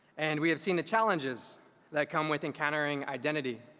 and we have seen the challenges that come with encountering identity.